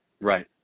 Right